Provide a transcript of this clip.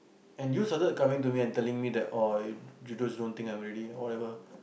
and you started coming to me and telling me that oh you just don't think I'm ready or whatever